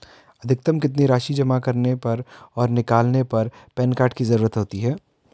अधिकतम कितनी राशि जमा करने और निकालने पर पैन कार्ड की ज़रूरत होती है?